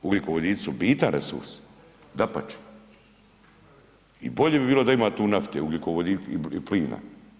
Ugljikovodici su bitan resurs dapače i bolje bi bilo da ima tu nafte, ugljikovodika i plina.